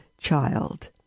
child